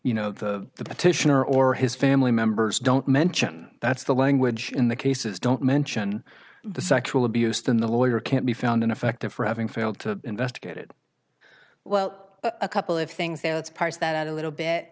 you know the petitioner or his family members don't mention that's the language in the cases don't mention the sexual abuse than the lawyer can't be found and effective for having failed to investigate it well a couple of things though it's parse that out a little bit